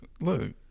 Look